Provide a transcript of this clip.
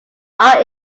are